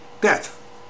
death